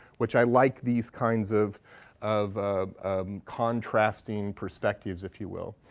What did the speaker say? which i like these kinds of of contrasting perspectives, if you will.